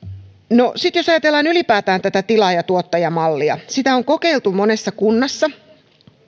sitten jos ajatellaan ylipäätään tätä tilaaja tuottaja mallia sitä on kokeiltu monessa kunnassa